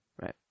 Right